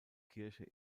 kirche